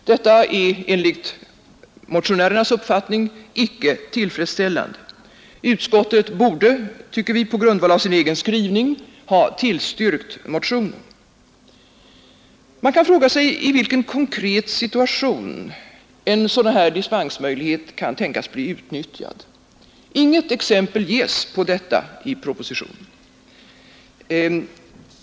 Detta är enligt motionärernas uppfattning icke tillfredsställande. Utskottet borde — tycker vi — på grundval av sin egen skrivning ha tillstyrkt motionen. Man kan fråga sig, i vilken konkret situation en sådan här dispensmöjlighet kan tänkas bli utnyttjad. Inget exempel ges på detta i propositionen.